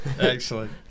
Excellent